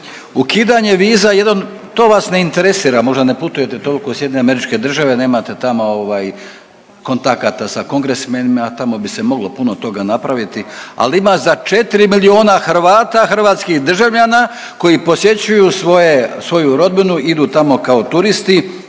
Ukidanje viza jedan, to vas ne interesira, možda ne putujete toliko u SAD, nemate tamo ovaj kontakata sa kongresmenima, tamo bi se moglo puno toga napravili, ali ima za 4 miliona Hrvata, hrvatskih državljana koji posjećuju svoje, svoju rodbinu, idu tamo kao turisti